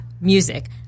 music